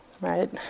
right